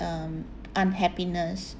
um unhappiness